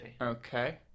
Okay